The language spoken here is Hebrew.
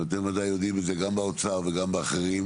ואתם ודאי יודעים את זה גם באוצר וגם אחרים,